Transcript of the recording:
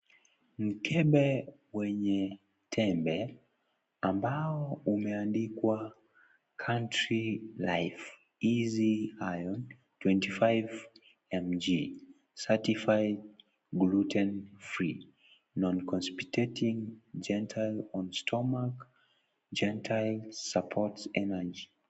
Mkebe wenye tembe, ambao umeandikwa country life, easy iron 25mg, certified gluten free ,non constipating ,gentle on stomach, gentle supports energy .